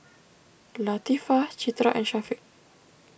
Latifa Citra and Syafiq